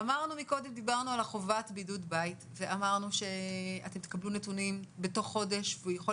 דיברנו על חובת בידוד בית ואמרנו שאתם תקבלו נתונים בתוך חודש ויכול